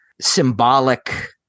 symbolic